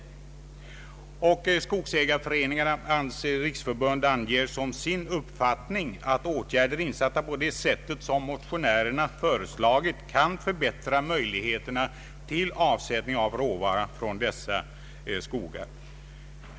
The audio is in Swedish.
Sveriges skogsägareföreningars riksförbund anger som sin uppfattning att åtgärder, insatta på det sätt som motionärerna föreslagit, kan förbättra möjligheterna till avsättning av råvara från dessa skogar.